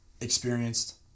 experienced